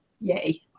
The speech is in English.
yay